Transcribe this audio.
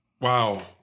Wow